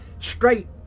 straight